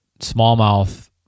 smallmouth